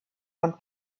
und